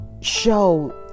show